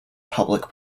public